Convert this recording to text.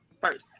first